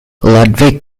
ludwig